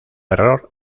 error